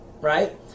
right